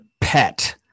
pet